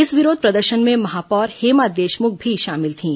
इस विरोध प्रदर्शन में महापौर हेमा देशमुख भी शामिल थीं